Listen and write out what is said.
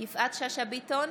יפעת שאשא ביטון,